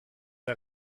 der